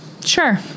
sure